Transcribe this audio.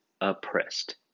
oppressed